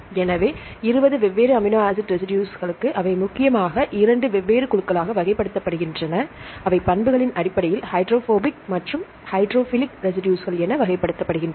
எனவே 20 வெவ்வேறு amino acid ரெசிடுஸ்கள் அவை முக்கியமாக இரண்டு வெவ்வேறு குழுக்களாக வகைப்படுத்தப்படுகின்றன அவை பண்புகளின் அடிப்படையில் ஹைட்ரோபோபிக் மற்றும் ஹைட்ரோஃபிலிக் ரெசிடுஸ்கள் என வகைப்படுத்தப்படுகின்றன